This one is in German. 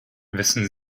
wissen